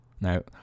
Now